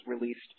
released